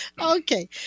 Okay